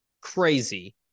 crazy